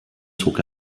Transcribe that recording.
zog